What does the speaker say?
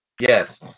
yes